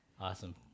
Awesome